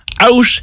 out